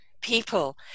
people